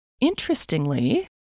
Interestingly